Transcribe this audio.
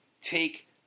take